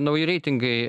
nauji reitingai